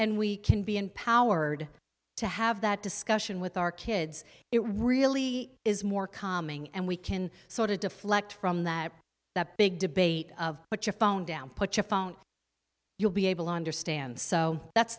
and we can be empowered to have that discussion with our kids it really is more coming and we can sort of deflect from that the big debate of what your phone down put your phone you'll be able to understand so that's